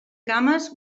cames